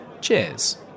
Cheers